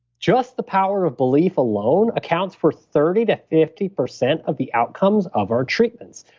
just the power of belief alone accounts for thirty to fifty percent of the outcomes of our treatments.